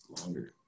longer